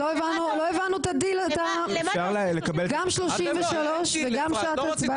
גם 33 וגם שעת הצבעה?